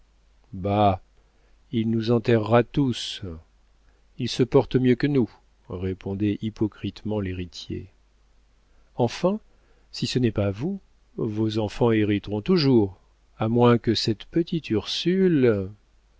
il nous enterrera tous il se porte mieux que nous répondait hypocritement l'héritier enfin si ce n'est pas vous vos enfants hériteront toujours à moins que cette petite ursule